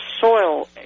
soil